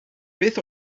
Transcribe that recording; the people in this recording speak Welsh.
beth